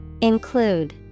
Include